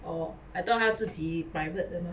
orh I thought 他自己 private 的 mah